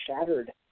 shattered